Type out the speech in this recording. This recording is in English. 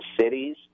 cities